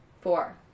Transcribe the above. Four